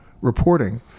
reporting